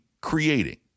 creating